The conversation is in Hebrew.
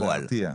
להרתיע.